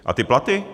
A ty platy?